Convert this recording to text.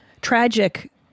tragic